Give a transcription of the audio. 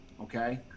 Okay